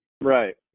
Right